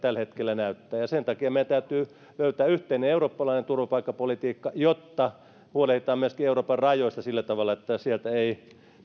mitä tällä hetkellä näyttää ja sen takia meidän täytyy löytää yhteinen eurooppalainen turvapaikkapolitiikka jotta huolehditaan myöskin euroopan rajoista sillä tavalla että sieltä ei